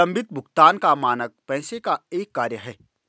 विलम्बित भुगतान का मानक पैसे का एक कार्य है